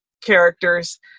characters